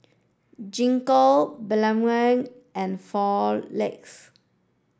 Gingko Blephagel and Floxia